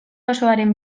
osoaren